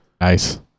Nice